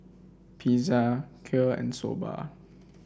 Pizza Kheer and Soba